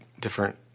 different